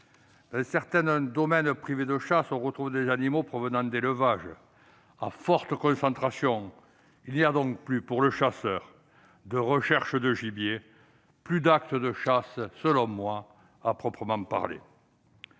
Dans certains domaines privés de chasse, on trouve des animaux provenant d'élevages à forte concentration. Il n'y a donc plus, pour le chasseur, de recherche du gibier, plus d'acte de chasse à proprement parler.